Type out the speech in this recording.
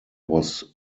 was